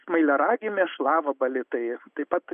smailiaragį mėšlavabalį tai taip pat